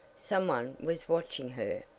some one was watching her!